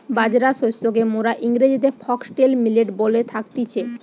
বাজরা শস্যকে মোরা ইংরেজিতে ফক্সটেল মিলেট বলে থাকতেছি